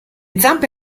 zampe